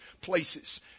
places